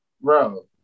Bro